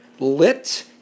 Lit